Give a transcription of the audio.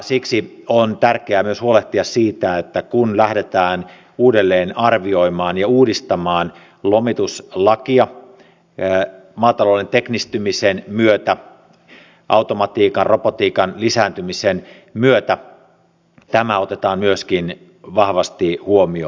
siksi on tärkeää myös huolehtia siitä että kun lähdetään uudelleen arvioimaan ja uudistamaan lomituslakia maatalouden teknistymisen myötä automatiikan robotiikan lisääntymisen myötä tämä otetaan myöskin vahvasti huomioon